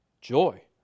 joy